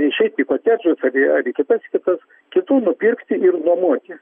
išeit į kotedžus ar į ar į kitas vietas kitų nupirkti ir nuomoti